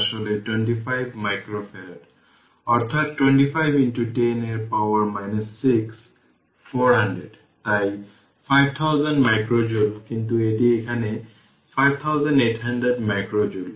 সুতরাং 20 2 হল 400 20 2 ও 400 এবং এটি r হাফ C1 C2 যা আসলে 25 মাইক্রোফ্যারাড অর্থাৎ 25 10 এর পাওয়ার 6 400 তাই 5000 মাইক্রো জুল কিন্তু এখানে এটি 5800 মাইক্রো জুল